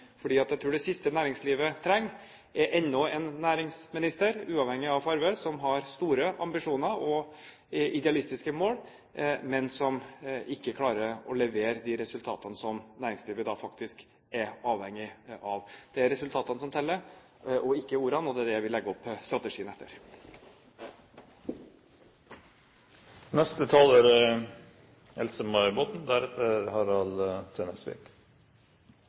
Jeg tror det siste næringslivet trenger, er enda en næringsminister, uavhengig av farge, som har store ambisjoner og idealistiske mål, men som ikke klarer å levere de resultatene som næringslivet faktisk er avhengig av. Det er resultatene som teller, og ikke ordene, og det er det vi legger opp strategien etter. Det er